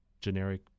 generic